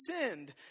sinned